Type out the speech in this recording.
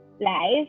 life